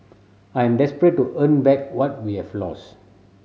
I am desperate to earn back what we have lost